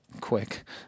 Quick